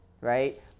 right